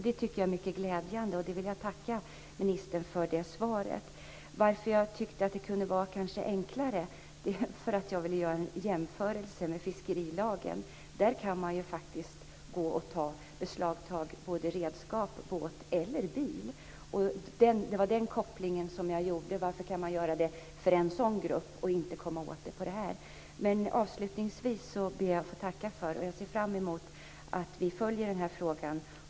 Det tycker jag är mycket glädjande, och jag vill tacka ministern för det svaret. Jag tyckte att det kanske kunde vara enklare. Jag ville göra en jämförelse med fiskerilagen. Där kan man faktiskt beslagta redskap, båt eller bil. Det var den kopplingen som jag gjorde. Varför kan man göra det för en sådan grupp, och inte komma åt detta? Avslutningsvis ber jag att få tacka för svaret. Jag ser fram emot att vi följer frågan.